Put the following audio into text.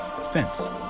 Fence